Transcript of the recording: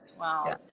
Wow